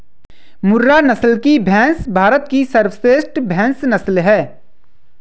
मुर्रा नस्ल की भैंस भारत की सर्वश्रेष्ठ भैंस नस्ल है